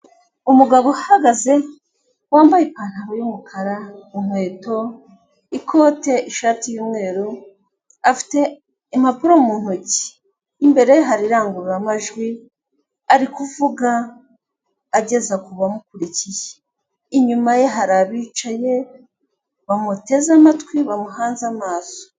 Umugabo uhagaze, wambaye ipantaro y'umukara inkweto, ikote, ishati y'umweru, afite impapuro mu ntoki, imbere ye hari irangururamajwi ari kuvuga, ageza ku bamukurikiye, inyuma ye hari abicaye bamuteze amatwi, bamuhanze amaso.